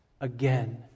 again